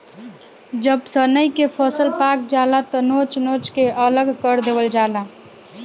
जब सनइ के फसल पाक जाला त नोच नोच के अलग कर देवल जाला